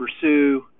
pursue